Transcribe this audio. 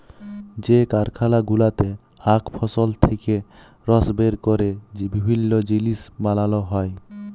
যে কারখালা গুলাতে আখ ফসল থেক্যে রস বের ক্যরে বিভিল্য জিলিস বানাল হ্যয়ে